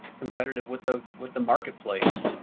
competitive with the with the marketplace?